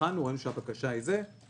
בחנו וראינו שאפשר הארכנו.